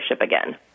again